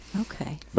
Okay